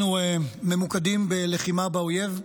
אנחנו ממוקדים בלחימה באויב,